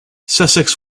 sussex